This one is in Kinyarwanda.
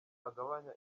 agabanya